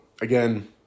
again